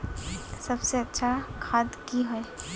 सबसे अच्छा खाद की होय?